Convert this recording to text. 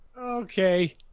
Okay